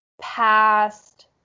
past